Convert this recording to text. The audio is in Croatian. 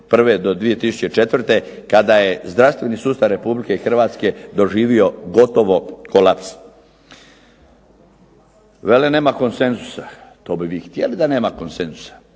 2001. do 2004. kada je zdravstveni sustav Republike Hrvatske doživio gotovo kolaps. Vele nema konsenzusa. To bi vi htjeli da nema konsenzusa.